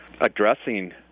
addressing